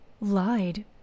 Lied